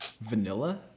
vanilla